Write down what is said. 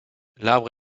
l’arbre